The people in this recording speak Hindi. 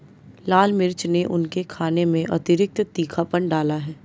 लाल मिर्च ने उनके खाने में अतिरिक्त तीखापन डाला है